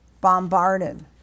bombarded